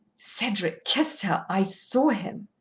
cedric kissed her i saw him.